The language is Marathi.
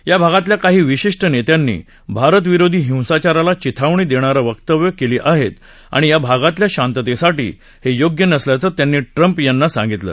या भागातल्या काही विशिष्ट नेत्यांनी भारतविरोधी हिंसाचाराला चिथावणी देणारी वक्तव्यं केली आहेत आणि या भागातल्या शांततेसाठी हे योग्य नसल्याचं त्यांनी ट्रंप यांना सांगितलं